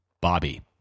Bobby